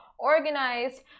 organized